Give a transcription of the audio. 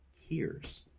hears